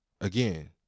Again